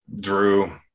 Drew